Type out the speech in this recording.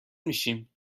میشیم